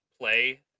play